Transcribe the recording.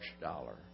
dollar